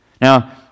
Now